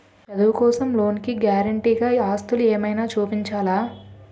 చదువు కోసం లోన్ కి గారంటే గా ఆస్తులు ఏమైనా చూపించాలా?